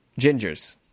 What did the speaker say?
Gingers